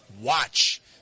watch